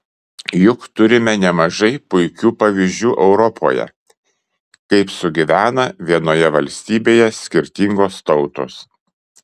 juk turime nemažai puikių pavyzdžių europoje kaip sugyvena vienoje valstybėje skirtingos tautos